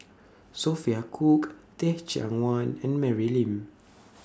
Sophia Cooke Teh Cheang Wan and Mary Lim